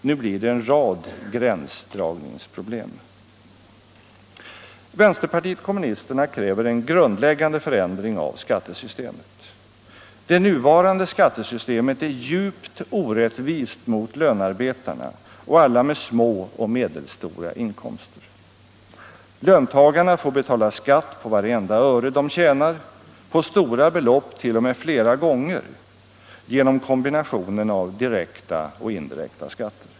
Nu blir det en rad gränsdragningsproblem. Vänsterpartiet kommunisterna kräver en grundläggande förändring av skattesystemet. Det nuvarande skattesystemet är djupt orättvist mot lönarbetarna och alla med små och medelstora inkomster, Löntagarna får betala skatt på vartenda öre de tjänar, på stora belopp t.o.m. flera gånger genom kombinationen av direkta och indirekta skatter.